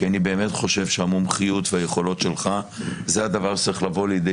כי אני באמת חושב שהמומחיות והיכולות שלך זה הדבר שצריך לבוא לידי